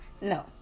No